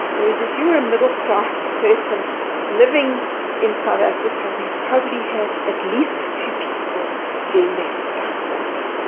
whereas if you were a middle class person living in south africa, you've probably had at least two people doing that stuff for you.